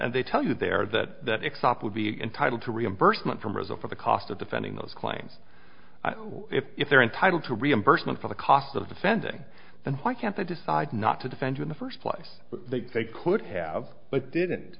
and they tell you there that except would be entitled to reimbursement from brazil for the cost of defending those claims if they're entitled to reimbursement for the cost of defending them why can't they decide not to defend you in the first place they could have but didn't